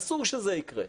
אסור שזה יקרה.